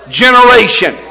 generation